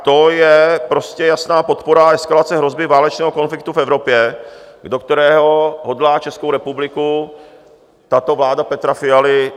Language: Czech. To je prostě jasná podpora a eskalace hrozby válečného konfliktu v Evropě, do kterého hodlá Českou republiku tato vláda Petra Fialy zatáhnout.